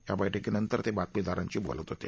या बैठकीनंतर ते बातमीदारांशी बोलत होते